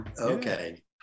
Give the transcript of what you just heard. Okay